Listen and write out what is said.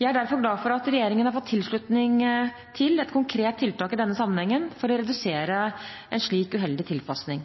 Jeg er derfor glad for at regjeringen har fått tilslutning til et konkret tiltak i denne sammenheng, for å redusere muligheten for en slik uheldig tilpasning.